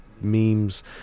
memes